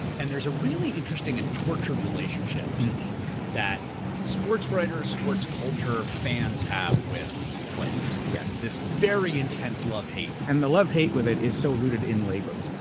and there's a really interesting and tortured relationship that sports writers, sports culture, and fans have with players. yes. this very intense love hate. and the love hate with it is so rooted in labor.